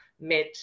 met